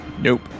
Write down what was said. Nope